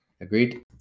Agreed